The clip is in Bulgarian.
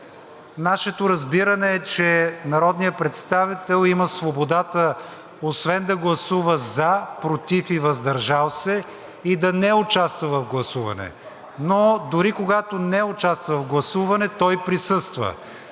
Нашето разбиране е, че народният представител има свободата, освен да гласува „за“, „против“ и „въздържал се“ и да не участва в гласуване, но дори когато не участва в гласуване, той присъства.